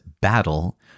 battle